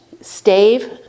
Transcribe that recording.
stave